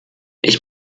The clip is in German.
ich